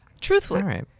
Truthfully